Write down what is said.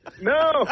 No